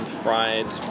fried